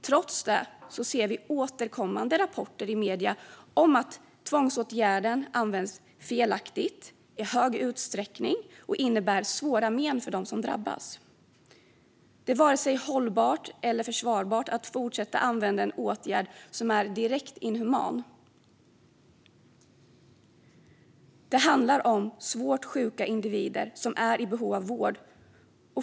Trots detta ser vi återkommande rapporter i medierna om att tvångsåtgärden används felaktigt, i stor utsträckning och att den innebär svåra men för dem som drabbas. Det är varken hållbart eller försvarbart att fortsätta använda en åtgärd som är direkt inhuman. Det handlar om svårt sjuka individer som är i behov av vård.